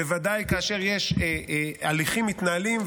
בוודאי כאשר הליכים מתנהלים,